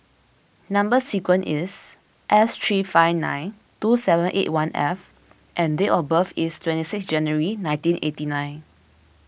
Number Sequence is S three five nine two seven eight one F and date of birth is twenty six January nineteen eighty nine